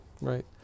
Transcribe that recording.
right